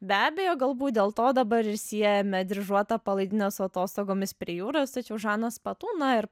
be abejo galbūt dėl to dabar ir siejame dryžuotą palaidinę su atostogomis prie jūros tačiau žanas patu na ir